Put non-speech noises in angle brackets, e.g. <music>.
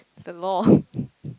the law <laughs>